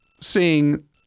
seeing